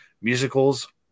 Musicals